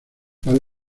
las